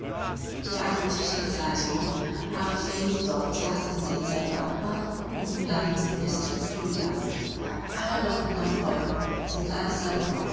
die eigentliche saison aber fängt dort erst im dezember an und währt bis zum frühjahr alle londoner freuden sind